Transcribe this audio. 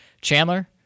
Chandler